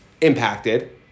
impacted